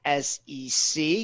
SEC